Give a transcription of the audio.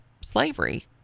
slavery